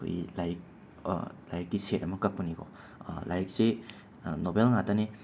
ꯑꯩꯈꯣꯏꯒꯤ ꯂꯥꯏꯔꯤꯛ ꯂꯥꯏꯔꯤꯛꯀꯤ ꯁꯦꯠ ꯑꯃ ꯀꯛꯄꯅꯤꯀꯣ ꯂꯥꯏꯔꯤꯛꯁꯤ ꯅꯣꯕꯦꯜ ꯉꯥꯛꯇꯅꯦ